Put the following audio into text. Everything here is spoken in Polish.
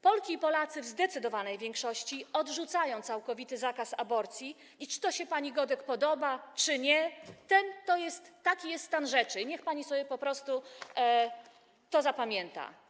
Polki i Polacy w zdecydowanej większości odrzucają całkowity zakaz aborcji i czy to się pani Godek podoba, czy nie, taki jest stan rzeczy i niech pani sobie to po prostu zapamięta.